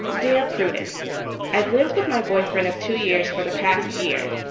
dear prudence i've lived with my boyfriend of two years for the past year.